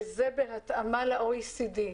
וזה בהתאמה ל-OECD.